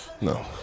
No